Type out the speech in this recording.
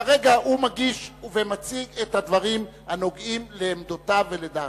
כרגע הוא מגיש ומציג את הדברים הנוגעים לעמדותיו ולדעתו.